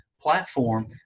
platform